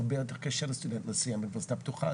הרבה יותר קשה לסטודנט לסיים באוניברסיטה הפתוחה.